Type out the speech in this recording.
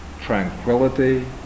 tranquility